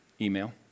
email